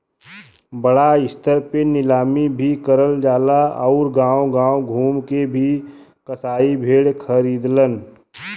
बड़ा स्तर पे नीलामी भी करल जाला आउर गांव गांव घूम के भी कसाई भेड़ खरीदलन